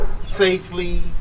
safely